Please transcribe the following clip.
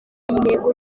intego